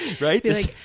Right